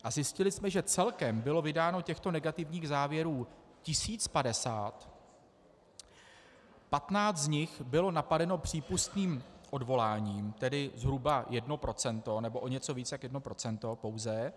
A zjistili jsme, že celkem bylo vydáno těchto negativních závěrů 1 050, 15 z nich bylo napadeno přípustným odvoláním, tedy zhruba 1 %, nebo něco víc jak 1 % pouze.